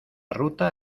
ruta